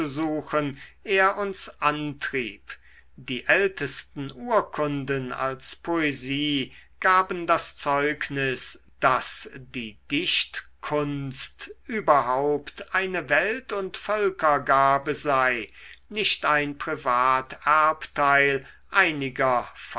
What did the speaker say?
aufzusuchen er uns antrieb die ältesten urkunden als poesie gaben das zeugnis daß die dichtkunst überhaupt eine welt und völkergabe sei nicht ein privaterbteil einiger